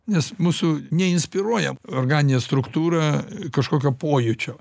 nes mūsų neinspiruoja organinė struktūra kažkokio pojūčio